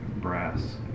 brass